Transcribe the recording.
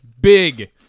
Big